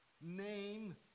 name